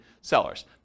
sellers